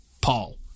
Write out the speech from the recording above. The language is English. Paul